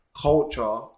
culture